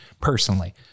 personally